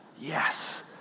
Yes